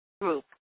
group